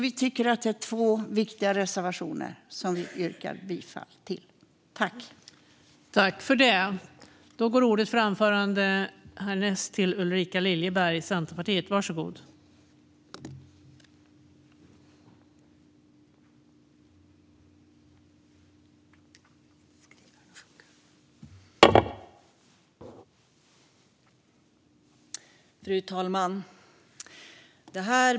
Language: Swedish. Vi tycker att detta är två viktiga reservationer, och jag yrkar bifall till dem.